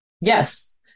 yes